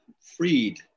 freed